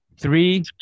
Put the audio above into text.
Three